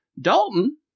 Dalton